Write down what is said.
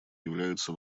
являются